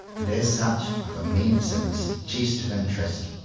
and, as such, of immense and suggestive interest.